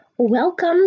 Welcome